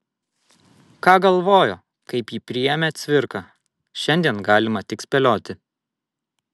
ką galvojo kaip jį priėmė cvirka šiandien galima tik spėlioti